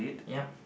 yup